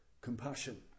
compassion